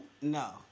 No